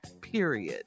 period